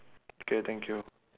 okay thank you